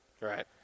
Right